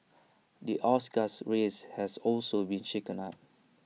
the Oscar's race has also been shaken up